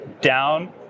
down